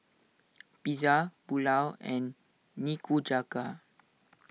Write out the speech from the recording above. Pizza Pulao and Nikujaga